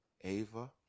Ava